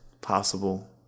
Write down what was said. possible